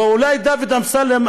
ואולי דוד אמסלם,